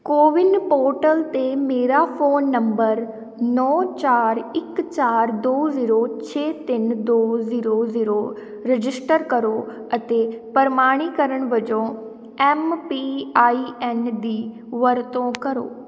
CoWIN portal 'ਤੇ ਮੇਰਾ phone number ਨੌ ਚਾਰ ਇੱਕ ਚਾਰ ਦੋ ਜ਼ੀਰੋ ਛੇ ਤਿੰਨ ਦੋ ਜ਼ੀਰੋ ਜ਼ੀਰੋ ਰਜਿਸਟਰ ਕਰੋ ਅਤੇ ਪ੍ਰਮਾਣੀਕਰਨ ਵਜੋਂ ਐੱਮ ਪੀ ਆਈ ਐੱਨ ਦੀ ਵਰਤੋਂ ਕਰੋ